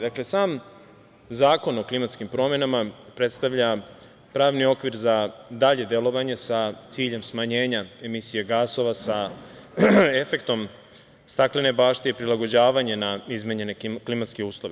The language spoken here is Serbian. Dakle, sam Zakon o klimatskim promenama predstavlja pravni okvir za dalje delovanje sa ciljem smanjenja emisije gasova sa efektom staklene bašte i prilagođavanje na izmenjene klimatske uslove.